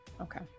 Okay